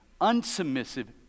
unsubmissive